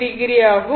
5o ஆகும்